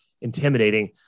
intimidating